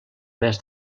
més